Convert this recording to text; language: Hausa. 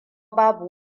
babu